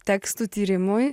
tekstų tyrimui